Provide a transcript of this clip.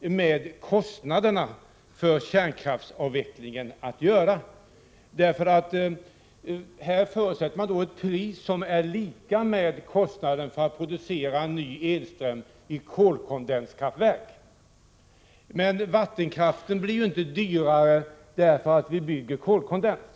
med kostnaderna för kärnkraftsavvecklingen att göra, eftersom man här förutsätter ett pris som är lika med kostnaden för att producera ny elström vid kolkondenskraftverk. Men vattenkraften blir ju inte dyrare därför att vi bygger kolkondenskraftverk.